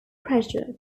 pressure